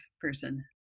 person